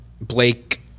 Blake